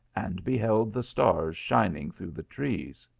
and beheld the stars shining through the trees.